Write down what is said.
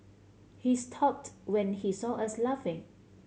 he stopped when he saw us laughing